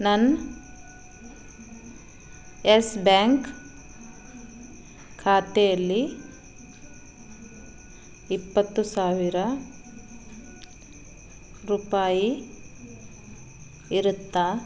ನನ್ನ ಎಸ್ ಬ್ಯಾಂಕ್ ಇಪ್ಪತ್ತು ಸಾವಿರ ರೂಪಾಯಿ ಇರುತ್ತಾ